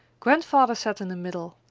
grandfather sat in the middle,